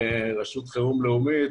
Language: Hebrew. רשות חירום לאומית,